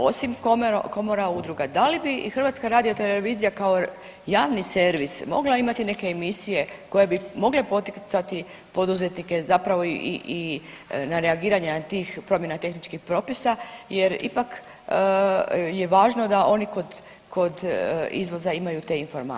Osim komora i udruga da li bi i HRT kao javni servis mogla imati neke emisije koje bi mogle poticati poduzetnike zapravo i na reagiranja tih promjena tehničkih propisa jer ipak je važno da oni kod, kod izvoza imaju te informacije.